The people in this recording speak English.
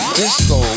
disco